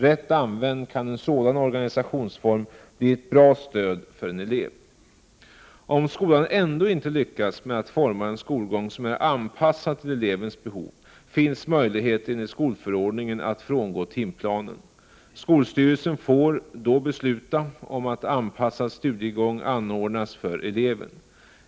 Rätt använd kan en sådan organisationsform bli ett bra stöd för en elev. Om skolan ändå inte lyckas med att forma en skolgång som är anpassad till elevens behov finns möjligheter enligt skolförordningen att frångå timplanen. Skolstyrelsen får då besluta om att anpassad studiegång anordnas för eleven.